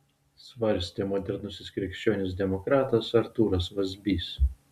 svarstė modernusis krikščionis demokratas artūras vazbys